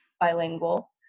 bilingual